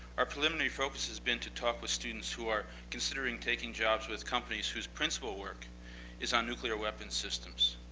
our preliminary focus has been to talk with students who are considering taking jobs with companies whose principal work is on nuclear weapons systems.